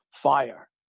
fire